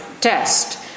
test